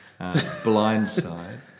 Blindside